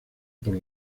por